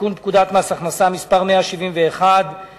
לתיקון פקודת מס הכנסה (מס' 171),